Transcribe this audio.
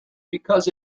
because